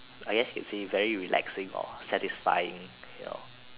I guess you can say very relaxing or satisfying you know